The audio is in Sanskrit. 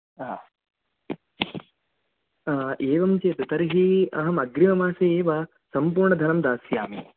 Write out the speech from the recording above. आ एवं चेत् तर्हि अहम् अग्रिममासे एव सम्पूर्णं धनं दास्यामि